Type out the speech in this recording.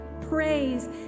praise